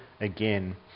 again